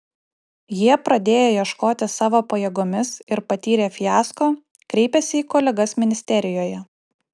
jie pradėję ieškoti savo pajėgomis ir patyrę fiasko kreipėsi į kolegas ministerijoje